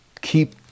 Keep